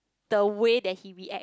the way that he react